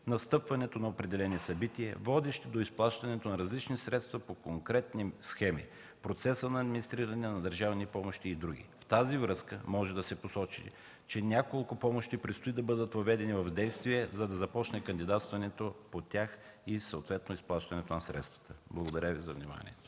настъпването на определени събития, водещи до изплащането на различни средства по конкретни схеми; процеса на администриране на държавни помощи и други. Във връзка с това може да се посочи, че някои помощи предстои да бъдат въведени в действие, за да започне кандидатстването по тях и съответно изплащането на средства. Благодаря Ви за вниманието.